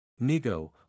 Nigo